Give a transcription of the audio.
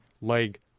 leg